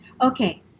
Okay